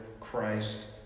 Christ